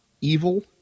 evil